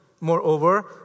Moreover